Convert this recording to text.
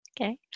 Okay